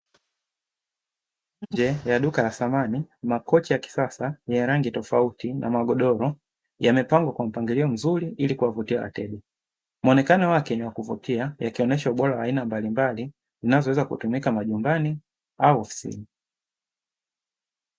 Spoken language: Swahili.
Nje ya duka la samani, makochi ya kisasa yenye rangi tofauti na magodoro yamepangwa kwa mpangilio mzuri ili kuwavutia wateja. Muonekano wake ni wa kuvutia, yakionyesha ubora wa aina mbalimbali zinazoweza kutumika majumbani ama ofisini.